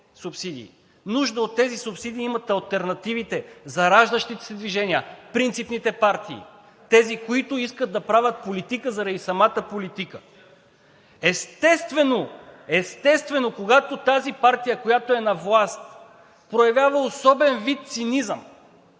Нужда от тези субсидии имат алтернативите, зараждащите се движения, принципните партии. Тези, които искат да правят политика заради самата политика. Естествено, когато тази партия, която е на власт, проявява особен вид цинизъм,